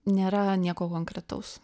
nėra nieko konkretaus